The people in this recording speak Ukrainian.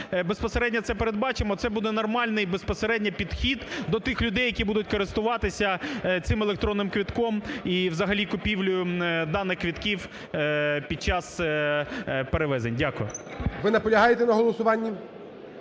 безпосередньо це передбачимо, це буде нормально і безпосередньо підхід до тих людей, які будуть користуватися цим електронним квитком і взагалі купівлею даних квитків під час перевезень. Дякую. ГОЛОВУЮЧИЙ. Ви наполягаєте на голосуванні?